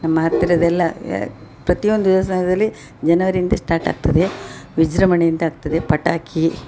ನಮ್ಮ ಹತ್ತಿರದ ಎಲ್ಲ ಯ ಪ್ರತಿಯೊಂದು ದೇವ್ಸ್ಥಾನದಲ್ಲಿ ಜನವರಿಯಿಂದ ಸ್ಟಾರ್ಟ್ ಆಗ್ತದೆ ವಿಜೃಂಭಣೆಯಿಂದ ಆಗ್ತದೆ ಪಟಾಕಿ